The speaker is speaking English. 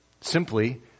Simply